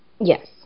Yes